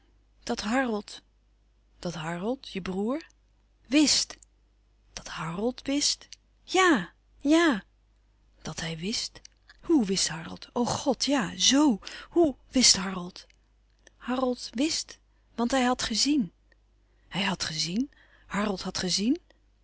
dat harold dat harold je broêr wist dat harold wist ja ja dat hij wist hoè wist harold o god ja zoo hoe wist harold harold wist want hij had gezien hij had gezien hàrold had gezien